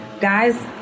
guys